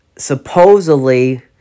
Supposedly